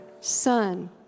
Son